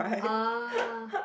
ah